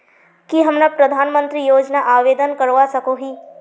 की हमरा प्रधानमंत्री योजना आवेदन करवा सकोही?